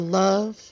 love